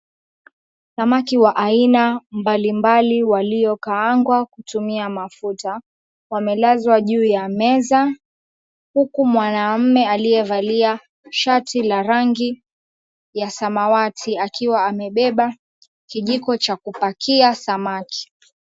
Samaki wa aina mbalimbali waliokaangwa kutumia mafuta wamelazwa juu ya meza, huku mwanamume aliyevalia shati la rangi ya samawati akiwa amebeba kijiko cha kupakia samaki.